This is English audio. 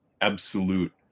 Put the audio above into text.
absolute